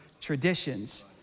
traditions